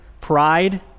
pride